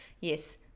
yes